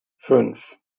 fünf